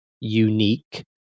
unique